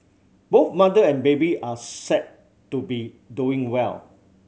both mother and baby are said to be doing well